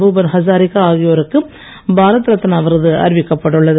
பூபன் ஹசாரிகா ஆகியோருக்கு பாரத் ரத்னா விருது அறிவிக்கப்பட்டுள்ளது